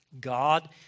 God